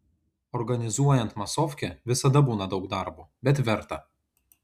organizuojant masofkę visada būna daug darbo bet verta